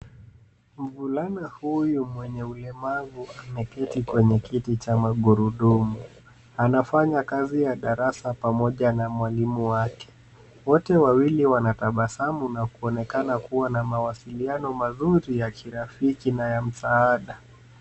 Mvulana huyu mwenye ulemavu ameketi kwenye kiti cha magurudumu . Anafanya kazi ya darasa pamoja na mwalimu wake . Wote wawili wana tabasamu na kuonekana kuwa na mawasiliano mazuri ya kirafiki na ya msaada .